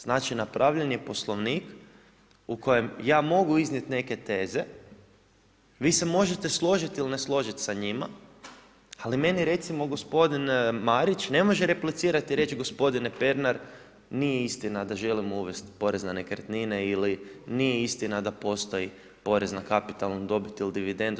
Znači napravljen je Poslovnik u kojem ja mogu iznijet neke teze, vi se možete složit ili ne složit sa njima, ali meni recimo gospodin Marić ne može replicirat i reć gospodine Pernar nije istina da želimo uvest porez na nekretnine ili nije istina da postoji porez na kapitalnu dobit ili dividendu.